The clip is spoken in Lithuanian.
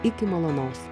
iki malonaus